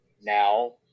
now